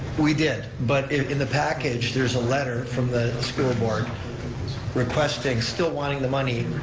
we did, but in the package there's a letter from the school board requesting, still wanting the money,